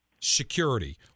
security